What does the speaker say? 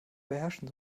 beherrschen